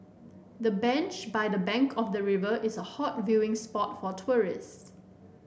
the bench by the bank of the river is a hot viewing spot for tourists